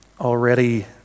already